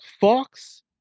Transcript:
Fox